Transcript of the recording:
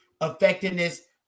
effectiveness